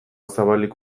zabalik